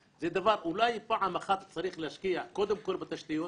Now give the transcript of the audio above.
נושא התשתיות זה דבר שאולי פעם אחת צריך להשקיע קודם כל בתשתיות,